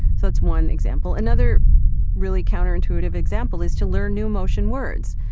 so that's one example. another really counterintuitive example is to learn new emotion words.